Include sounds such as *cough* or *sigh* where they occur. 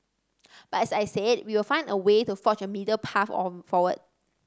but as I said we will find a way to forge a middle path *unintelligible* forward